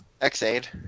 X-Aid